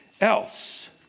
else